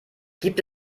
gibt